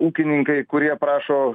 ūkininkai kurie prašo